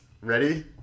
ready